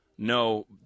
No